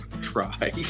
Try